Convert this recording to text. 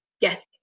Yes